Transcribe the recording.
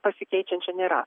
pasikeičiančio nėra